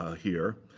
ah here.